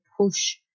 push